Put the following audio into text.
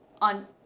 on